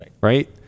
Right